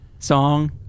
Song